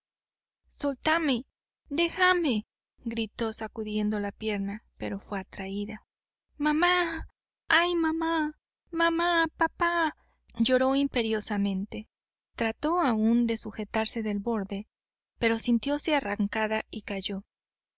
soltáme dejáme gritó sacudiendo la pierna pero fué atraída mamá ay mamá mamá papá lloró imperiosamente trató aún de sujetarse del borde pero sintióse arrancada y cayó